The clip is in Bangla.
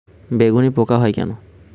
বেগুনে পোকা কেন হয়?